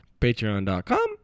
Patreon.com